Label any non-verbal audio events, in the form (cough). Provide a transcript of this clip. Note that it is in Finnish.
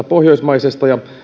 (unintelligible) pohjoismaisesta ja